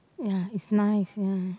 ya it's nice ya